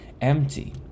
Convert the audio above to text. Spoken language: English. empty